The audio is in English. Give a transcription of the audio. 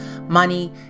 money